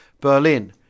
Berlin